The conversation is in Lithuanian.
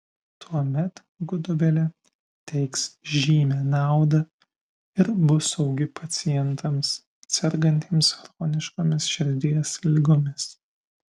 tuomet gudobelė teiks žymią naudą ir bus saugi pacientams sergantiems chroniškomis širdies ligomis